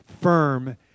firm